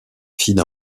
fille